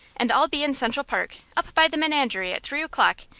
and i'll be in central park up by the menagerie at three o'clock,